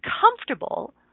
comfortable